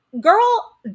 Girl